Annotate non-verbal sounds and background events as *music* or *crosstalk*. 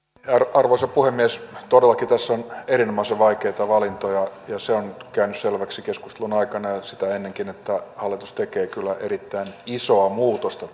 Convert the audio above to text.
arvoisa puhemies todellakin tässä on erinomaisen vaikeita valintoja ja se on käynyt selväksi keskustelun aikana ja sitä ennenkin että hallitus tekee kyllä erittäin isoa muutosta *unintelligible*